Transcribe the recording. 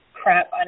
crap